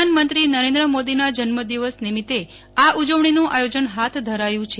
પ્રધાનમંત્રી નરેન્દ્ર મોદીના જન્મદિવસ નિમિત્તે આ ઉજવણીનું આયોજન હાથ ધરાયું છે